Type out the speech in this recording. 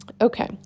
Okay